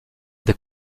the